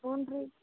ಹ್ಞೂ ರೀ